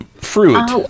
fruit